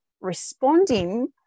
responding